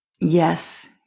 Yes